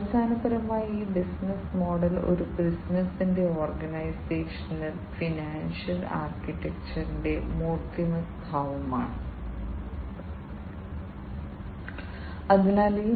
അടിസ്ഥാനപരമായി ഈ വ്യത്യസ്ത ഡാറ്റകളുടെ ശേഖരണത്തിനും സിസ്റ്റത്തിൽ ചലനാത്മകമായി വ്യത്യസ്ത മാറ്റങ്ങൾ വരുത്തുന്നതിനും പിന്നിൽ നട്ടെല്ല് രൂപപ്പെടുത്തുന്ന പ്രധാന ഘടകങ്ങൾ ഇവയാണ്